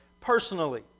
personally